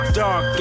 dark